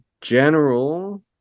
general